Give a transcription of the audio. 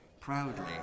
proudly